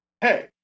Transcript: hey